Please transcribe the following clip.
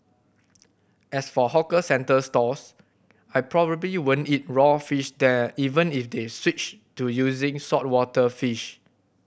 as for hawker centre stalls I probably won't eat raw fish there even if they switched to using saltwater fish